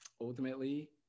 ultimately